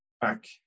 back